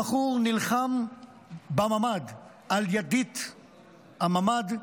הבחור נלחם בממ"ד על ידית הממ"ד.